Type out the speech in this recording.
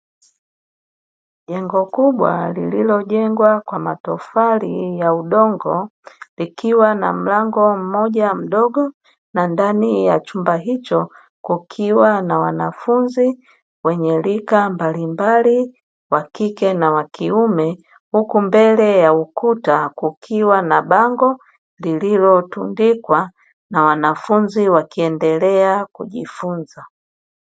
Jengo kubwa lililojengwa kwa matofali ya udongo, likiwa na mlango mmoja mdogo. Na ndani ya chumba hicho kukiwa na wanafunzi wenye rika mbalimbali, wa kike na wa kiume. Huku mbele ya ukuta kukiwa na bango lililotundikwa, na wanafunzi wakiendelea kujifunza.